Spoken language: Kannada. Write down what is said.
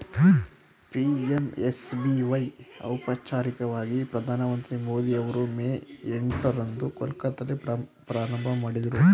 ಪಿ.ಎಮ್.ಎಸ್.ಬಿ.ವೈ ಔಪಚಾರಿಕವಾಗಿ ಪ್ರಧಾನಮಂತ್ರಿ ಮೋದಿ ಅವರು ಮೇ ಎಂಟ ರಂದು ಕೊಲ್ಕತ್ತಾದಲ್ಲಿ ಪ್ರಾರಂಭಮಾಡಿದ್ರು